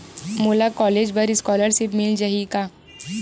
मोला कॉलेज बर स्कालर्शिप मिल जाही का?